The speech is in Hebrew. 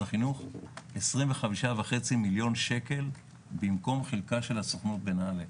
החינוך 25.5 מיליון שקל במקום חלקה של הסוכנות בנעל"ה.